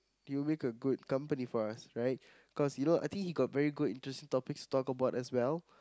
he'll make a good company for us right cause you know I think he got very good interesting topics to talk about as well